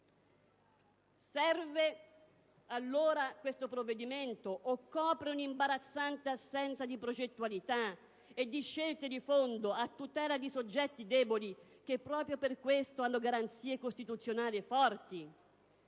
Serve allora questo provvedimento, o copre un'imbarazzante assenza di progettualità e di scelte di fondo a tutela di soggetti deboli che, proprio per questo, hanno garanzie costituzionali forti?